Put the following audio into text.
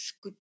good